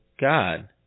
God